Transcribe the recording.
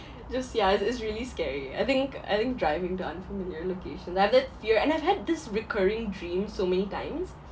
just ya it's it's really scary I think I think driving to unfamiliar location I have that fear and I've had this recurring dream so many times